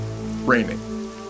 raining